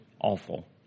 awful